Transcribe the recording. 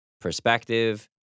perspective